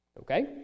Okay